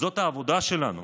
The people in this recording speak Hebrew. זאת העבודה שלנו,